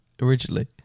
originally